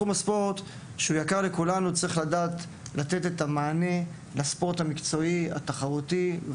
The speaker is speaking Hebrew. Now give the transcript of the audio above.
צריך לדעת לתת את המענה לספורט המקצועי והתחרותי.